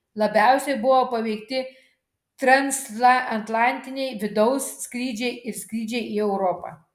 labiausiai buvo paveikti transatlantiniai vidaus skrydžiai ir skrydžiai į europą